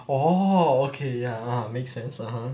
orh okay ya make sense (uh huh)